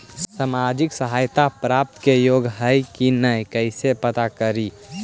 सामाजिक सहायता प्राप्त के योग्य हई कि नहीं कैसे पता करी?